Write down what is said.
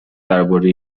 درباره